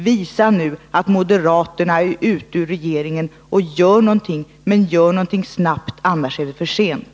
Visa nu att moderaterna är ute ur regeringen och gör någonting! Men gör någonting snart, för annars är det för sent.